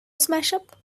smashup